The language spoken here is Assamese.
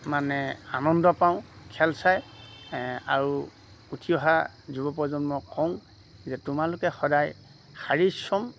মানে আনন্দ পাওঁ খেল চাই আৰু উঠি অহা যুৱ প্ৰজন্মক কওঁ যে তোমালোকে সদায় শাৰীৰিক শ্ৰম